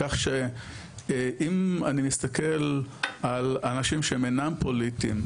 כך שאם אני מסתכל על אנשים שהם אינם פוליטיים,